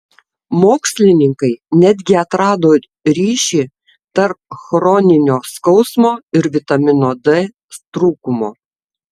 mokslininkai netgi atrado ryšį tarp chroninio skausmo ir vitamino d trūkumo